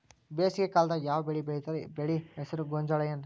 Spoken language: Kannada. ಬೇಸಿಗೆ ಕಾಲದಾಗ ಯಾವ್ ಬೆಳಿ ಬೆಳಿತಾರ, ಬೆಳಿ ಹೆಸರು ಗೋಂಜಾಳ ಏನ್?